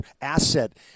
asset